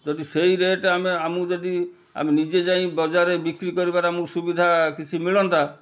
ଯଦି ସେଇ ରେଟ୍ ଆମେ ଆମକୁ ଯଦି ଆମେ ନିଜେ ଯାଇ ବଜାରରେ ବିକ୍ରି କରିବାର ଆମକୁ ସୁବିଧା କିଛି ମିଳନ୍ତା